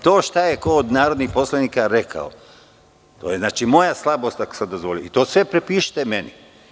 To šta je ko od narodnih poslanika rekao, to je moja slabost ako sam dozvolio i to sve pripišite meni.